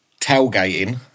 Tailgating